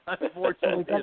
unfortunately